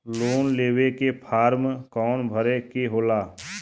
Loan लेवे के form कौन भरे के होला?